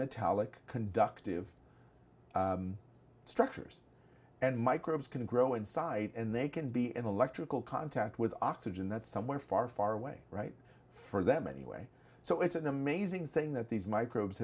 metallic conductive structures and microbes can grow inside and they can be an electrical contact with oxygen that's somewhere far far away right for them anyway so it's an amazing thing that these microbes